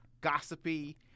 gossipy